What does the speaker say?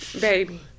Baby